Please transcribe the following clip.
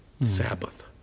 Sabbath